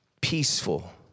peaceful